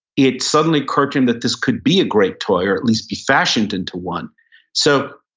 it suddenly occurred to him that this could be a great toy or at least be fashioned into one so